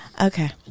Okay